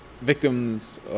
victims